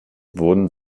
wurden